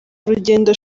urugendo